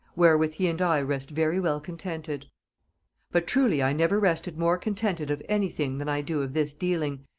wherewith he and i rest very well contented but truly i never rested more contented of any thing than i do of this dealing,